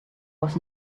was